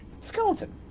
Skeleton